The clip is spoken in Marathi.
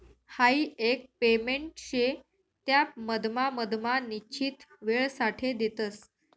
हाई एक पेमेंट शे त्या मधमा मधमा निश्चित वेळसाठे देतस